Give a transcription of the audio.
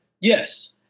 Yes